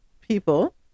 people